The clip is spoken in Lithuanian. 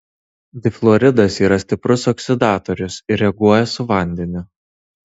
difluoridas yra stiprus oksidatorius ir reaguoja su vandeniu